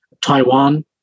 Taiwan